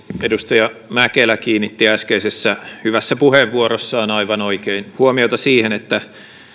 edustaja mäkelä kiinnitti äskeisessä hyvässä puheenvuorossaan aivan oikein huomiota siihen että